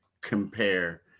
compare